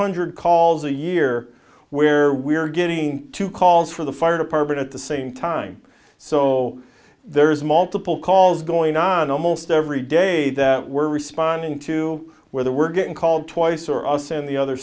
hundred calls a year where we're getting two calls for the fire department at the same time so there's multiple calls going on almost every day that we're responding to whether we're getting called twice or us and the other